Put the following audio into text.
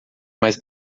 mas